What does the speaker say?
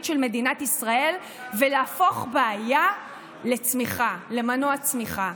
של מדינת ישראל ולהפוך בעיה למנוע צמיחה.